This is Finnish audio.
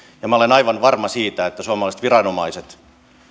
ja minä olen aivan varma siitä että suomalaiset viranomaiset